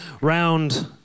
round